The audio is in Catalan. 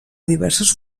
diverses